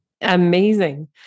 Amazing